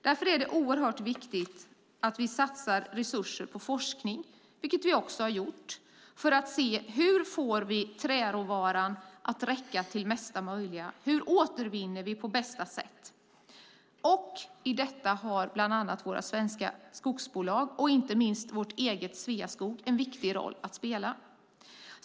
Därför är det viktigt att vi satsar resurser på forskning - det har vi också gjort - för att se hur vi får träråvaran att räcka till mesta möjliga. Hur återvinner vi på bästa sätt? I detta har bland annat de svenska skogsbolagen, inte minst vårt eget Sveaskog, en viktig roll.